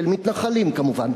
של מתנחלים כמובן,